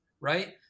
right